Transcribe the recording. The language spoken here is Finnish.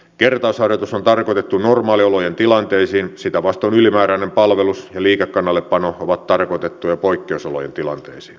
kertausharjoitus on tarkoitettu normaaliolojen tilanteisiin sitä vastoin ylimääräinen palvelus ja liikekannallepano ovat tarkoitettuja poikkeusolojen tilanteisiin